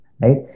right